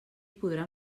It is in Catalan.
podrà